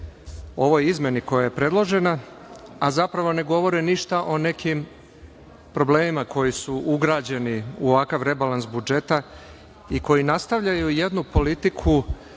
ovoj izmeni koja je predložena, a zapravo ne govore ništa o nekim problemima koji su ugrađeni u ovakav rebalans budžeta i koji nastavljaju jednu politiku